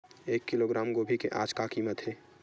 एक किलोग्राम गोभी के आज का कीमत हे?